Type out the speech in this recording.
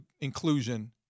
inclusion